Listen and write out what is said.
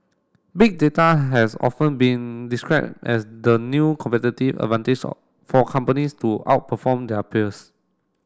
Big Data has often been describe as the new competitive advantage for companies to outperform their peers